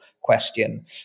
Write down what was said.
question